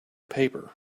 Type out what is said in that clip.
paper